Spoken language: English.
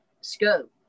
scope